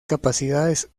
capacidades